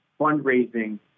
fundraising